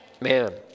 man